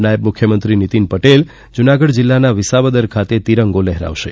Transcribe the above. નાયબ મુખ્યમંત્રી નિતીન પટેલ જૂનાગઢ જિલ્લાના વિસાવદર ખાતે ત્રિરંગો લહેરાવશે